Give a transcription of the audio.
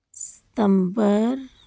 September